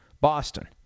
Boston